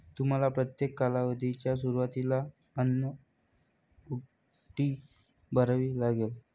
तुम्हाला प्रत्येक कालावधीच्या सुरुवातीला अन्नुईटी भरावी लागेल